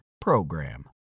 PROGRAM